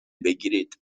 بگیرید